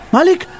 Malik